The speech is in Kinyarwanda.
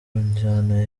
njyana